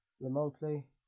remotely